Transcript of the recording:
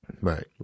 Right